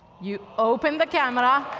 you open the camera.